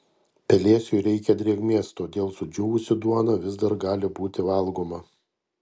pelėsiui reikia drėgmės todėl sudžiūvusi duona vis dar gali būti valgoma